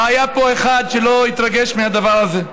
לא היה פה אחד שלא התרגש מהדבר הזה.